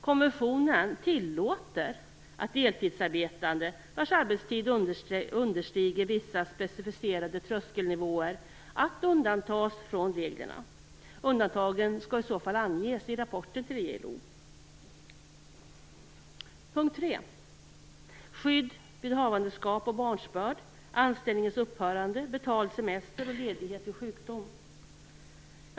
Konventionen tillåter att deltidsarbetande vars arbetstid understiger vissa specificerade tröskelnivåer undantas från reglerna. Undantagen skall i så fall anges i rapporten till ILO. 3. Skydd vid havandeskap och barnsbörd, anställningens upphörande, betald semester och ledighet vid sjukdom.